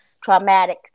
traumatic